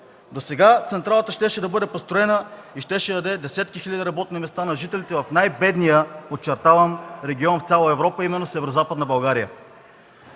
Досега централата щеше да бъде построена и щеше да даде десетки хиляди работни места на жителите в най-бедния, подчертавам, регион в цяла Европа – Северозападна България.